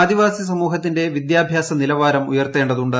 ആദിവാസി സമൂഹത്തിന്റെ വിദ്യാഭ്യാസ നിലവാരം ഉയർത്തേണ്ടതുണ്ട്